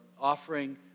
offering